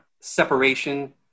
separation